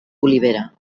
olivera